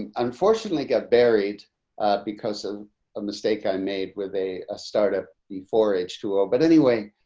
and unfortunately got buried because of a mistake i made with a startup before h two o. but anyway,